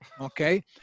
okay